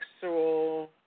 Sexual